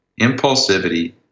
impulsivity